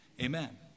Amen